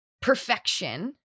perfection